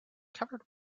covered